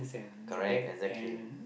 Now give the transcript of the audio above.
correct exactly